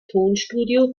tonstudio